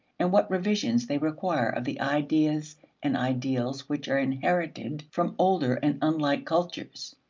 and what revisions they require of the ideas and ideals which are inherited from older and unlike cultures.